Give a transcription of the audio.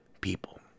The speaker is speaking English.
people